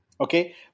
Okay